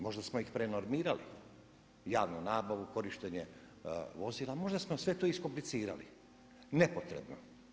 Možda smo ih prenormirali javnu nabavu, korištenje vozila, možda smo sve to iskomplicirali nepotrebno.